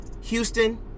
Houston